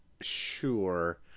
sure